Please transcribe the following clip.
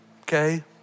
okay